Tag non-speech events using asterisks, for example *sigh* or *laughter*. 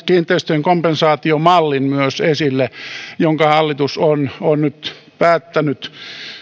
*unintelligible* kiinteistöjen kompensaatiomallin jonka hallitus on on nyt päättänyt